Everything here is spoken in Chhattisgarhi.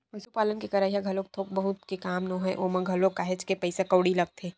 पसुपालन के करई ह घलोक थोक बहुत के काम नोहय ओमा घलोक काहेच के पइसा कउड़ी लगथे